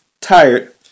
tired